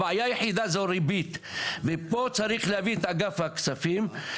הבעיה היחידה זה הריבית ופה צריך להביא את אגף הכספים,